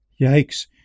Yikes